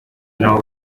nabo